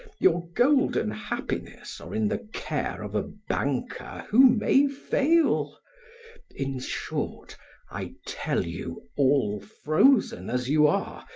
your golden happiness are in the care of a banker who may fail in short i tell you, all frozen as you are,